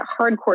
hardcore